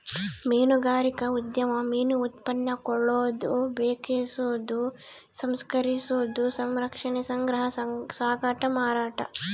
ಮೀನುಗಾರಿಕಾ ಉದ್ಯಮ ಮೀನು ಉತ್ಪನ್ನ ಕೊಳ್ಳೋದು ಬೆಕೆಸೋದು ಸಂಸ್ಕರಿಸೋದು ಸಂರಕ್ಷಣೆ ಸಂಗ್ರಹ ಸಾಗಾಟ ಮಾರಾಟ